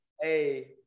Hey